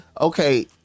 Okay